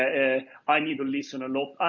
ah i need to listen a lot.